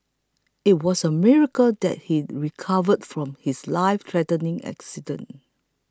it was a miracle that he recovered from his lifethreatening accident